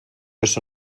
eso